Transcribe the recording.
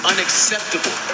Unacceptable